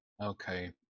Okay